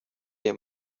این